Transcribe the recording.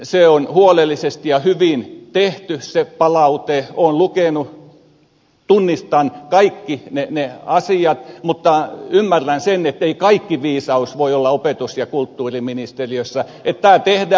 se palaute on huolellisesti ja hyvin tehty olen lukenut tunnistan kaikki ne asiat mutta ymmärrän sen että ei kaikki viisaus voi olla opetus ja kulttuuriministeriössä